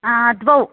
द्वौ